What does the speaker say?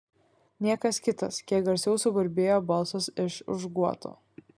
niekas kitas kiek garsiau suburbėjo balsas iš už guoto